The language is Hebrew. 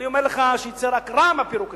אני אומר לך שיצא רק רע מהפירוק הזה.